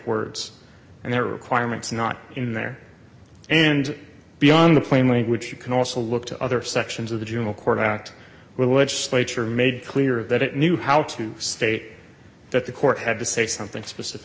words and their requirements not in there and beyond the plain language you can also look to other sections of the juvenile court act where legislature made clear that it knew how to state that the court had to say something specific